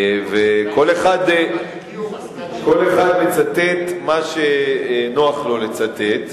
וכל אחד מצטט מה שנוח לו לצטט,